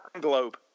globe